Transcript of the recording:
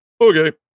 Okay